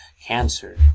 cancer